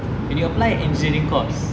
and you apply engineering course